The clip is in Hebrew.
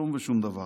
כלום ושום דבר.